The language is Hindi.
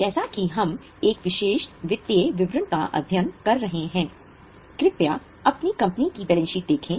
जैसा कि हम एक विशेष वित्तीय विवरण का अध्ययन कर रहे हैं कृपया अपनी कंपनी की बैलेंस शीट देखें